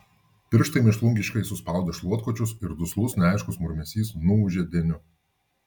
pirštai mėšlungiškai suspaudė šluotkočius ir duslus neaiškus murmesys nuūžė deniu